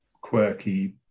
quirky